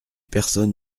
personne